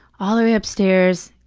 all the way upstairs,